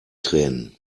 tränen